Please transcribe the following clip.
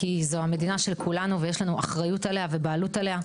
כי זו המדינה של כולנו ויש לנו אחריות עליה ובעלות עליה.